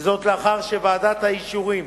וזאת לאחר שוועדת האישורים